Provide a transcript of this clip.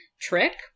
trick